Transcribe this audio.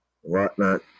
whatnot